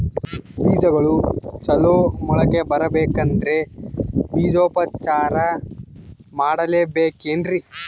ಬೇಜಗಳು ಚಲೋ ಮೊಳಕೆ ಬರಬೇಕಂದ್ರೆ ಬೇಜೋಪಚಾರ ಮಾಡಲೆಬೇಕೆನ್ರಿ?